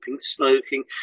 smoking